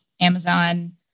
Amazon